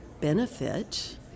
benefit